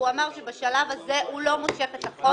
הוא אמר שבשלב הזה הוא לא מושך את החוק,